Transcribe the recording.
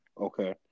Okay